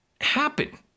happen